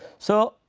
so,